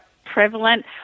Prevalent